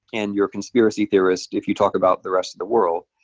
and you're a conspiracy theorist if you talk about the rest of the world.